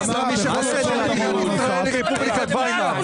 רפובליקת ויימאר.